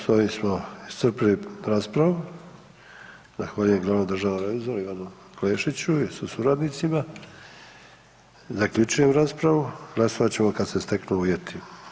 Evo s ovim smo iscrpili raspravu, zahvaljujem glavnom državnom revizoru Ivanu Klešiću sa suradnicima, zaključujem raspravu, glasovat ćemo kad se steknu uvjeti.